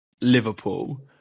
Liverpool